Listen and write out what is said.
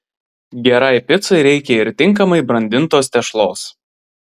gerai picai reikia ir tinkamai brandintos tešlos